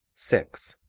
six.